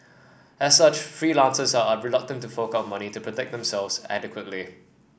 as such freelancers are reluctant to fork out money to protect themselves adequately